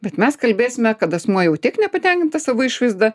bet mes kalbėsime kad asmuo jau tiek nepatenkintas savo išvaizda